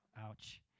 ouch